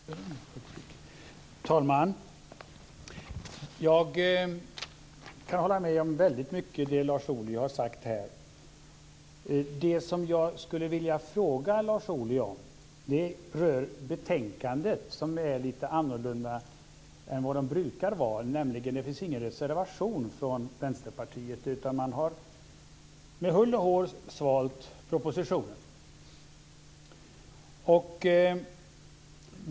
Fru talman! Jag kan hålla med om väldigt mycket av det som Lars Ohly har sagt här. Det jag skulle vilja fråga Lars Ohly om rör betänkandet, som är lite annorlunda än det brukar vara. Det finns nämligen ingen reservation från Vänsterpartiet. Man har med hull och hår svalt propositionen.